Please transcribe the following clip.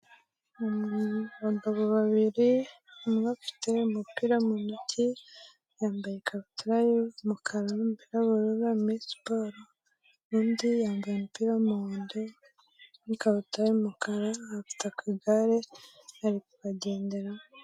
Abagabo babiri umwe afite umupira mu ntoki yambaye ikabutura y'umukara bari muri sport undi yambaye umupira w'umuhondo n'ikabutura y'umukara bafite akagare bari kubagenderamo.